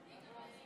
בחולם.